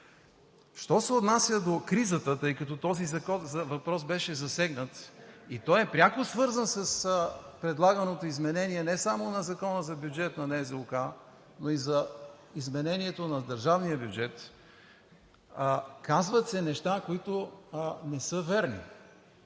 Що се отнася до кризата, тъй като този въпрос беше засегнат и той е пряко свързан с предлаганото изменение не само на Закона за бюджета на НЗОК, но и за изменението на държавния бюджет. Казват се неща, които не са верни.